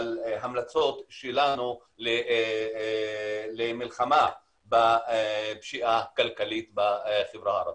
על המלצות שלנו למלחמה בפשיעה כלכלית בחברה הערבית.